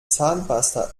zahnpasta